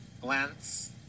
glance